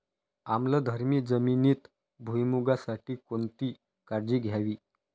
आम्लधर्मी जमिनीत भुईमूगासाठी कोणती काळजी घ्यावी?